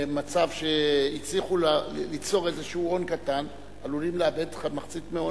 במצב שהצליחו ליצור איזשהו הון קטן עלולים לאבד מחצית מהונם.